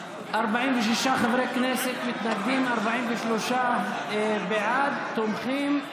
46 חברי כנסת מתנגדים, 43 בעד, תומכים.